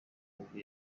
ubu